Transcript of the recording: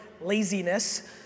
laziness